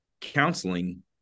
counseling